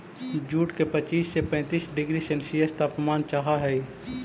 jute के पच्चीस से पैंतीस डिग्री सेल्सियस तापमान चाहहई